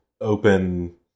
open